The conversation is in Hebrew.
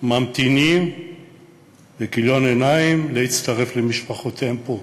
ממתינים בכיליון עיניים להצטרף אליהן פה.